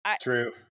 true